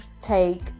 take